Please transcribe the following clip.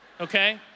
okay